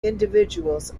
individuals